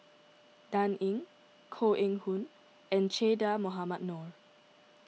Dan Ying Koh Eng Hoon and Che Dah Mohamed Noor